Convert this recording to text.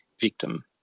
victim